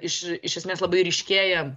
iš iš esmės labai ryškėja